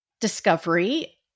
discovery